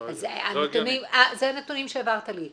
זה נתונים שהעברת לי אלון.